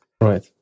Right